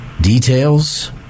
details